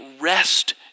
rest